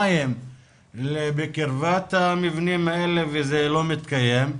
מים בקרבת המבנים האלה וזה לא מתקיים.